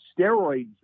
steroids